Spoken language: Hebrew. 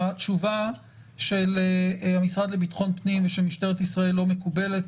התשובה של המשרד לביטחון פנים ושל משטרת ישראל לא מקובלת.